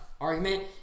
argument